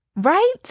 Right